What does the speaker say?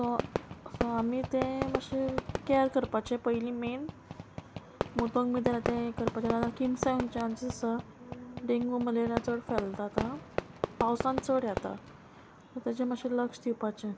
so so आमी तें मातशें कॅर करपाचें पयलीं मेन मुतोंक बी तेन्ना तें करपाचें जाल्यार किमसायन चान्सीस आसा डेंगू मलेरिया चड फॅलता आतां पावसान चड येता तेजें मातशें लक्ष दिवपाचें